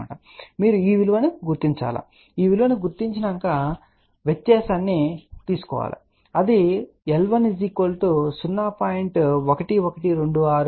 కాబట్టి మీరు ఈ విలువను గుర్తించవచ్చు ఈ విలువను గుర్తించండి వ్యత్యాసాన్ని తీసుకోండి మరియు అది L1 0